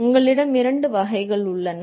உங்களிடம் இரண்டு வகைகள் உள்ளன